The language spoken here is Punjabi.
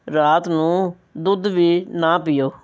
ਰਾਤ ਨੂੰ ਦੁੱਧ ਵੀ ਨਾ ਪੀਓ